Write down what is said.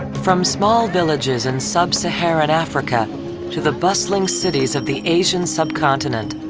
from small villages in sub-saharan africa to the bustling cities of the asian sub-continent,